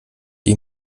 ihm